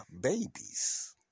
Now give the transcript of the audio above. Babies